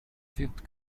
fifth